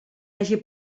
hagi